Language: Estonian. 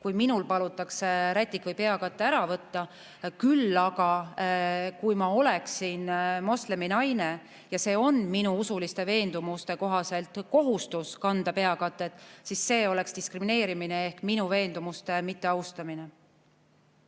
kui minul palutakse rätik või peakate ära võtta. Küll aga, kui ma oleksin mosleminaine ja minu usuliste veendumuste kohaselt on kohustus kanda peakatet, siis see oleks diskrimineerimine ehk minu veendumuste mitteaustamine.